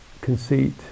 conceit